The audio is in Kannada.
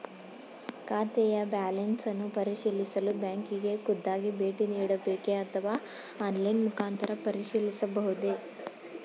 ಖಾತೆಯ ಬ್ಯಾಲೆನ್ಸ್ ಅನ್ನು ಪರಿಶೀಲಿಸಲು ಬ್ಯಾಂಕಿಗೆ ಖುದ್ದಾಗಿ ಭೇಟಿ ನೀಡಬೇಕೆ ಅಥವಾ ಆನ್ಲೈನ್ ಮುಖಾಂತರ ಪರಿಶೀಲಿಸಬಹುದೇ?